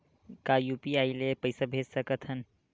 का यू.पी.आई ले पईसा भेज सकत हन?